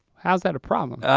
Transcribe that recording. how's that a problem?